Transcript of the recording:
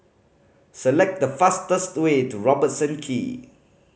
select the fastest way to Robertson Quay